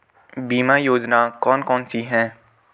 बीमा योजना कौन कौनसी हैं?